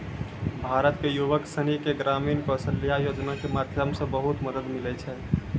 भारत के युवक सनी के ग्रामीण कौशल्या योजना के माध्यम से बहुत मदद मिलै छै